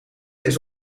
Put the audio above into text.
eens